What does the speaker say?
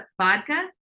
vodka